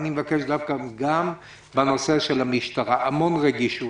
אני מבקש גם בנושא של המשטרה המון רגישות.